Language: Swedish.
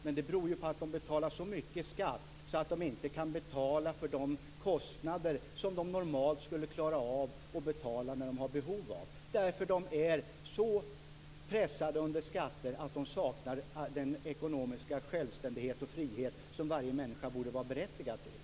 Men det beror ju på att de betalar så mycket skatt att de inte kan betala för de kostnader som de normalt skulle klara av när de har behov av dem. De är så pressade under skatter att de saknar den ekonomiska självständighet och frihet som varje människa borde vara berättigad till.